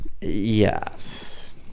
Yes